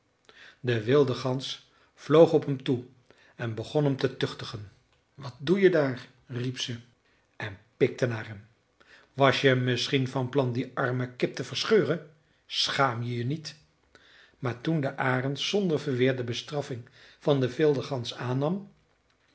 de wilde gans vloog op hem toe en begon hem te tuchtigen wat doe je daar riep ze en pikte naar hem was je misschien van plan die arme kip te verscheuren schaam je je niet maar toen de arend zonder verweer de bestraffing van de wilde gans aannam